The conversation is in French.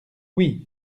oui